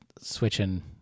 switching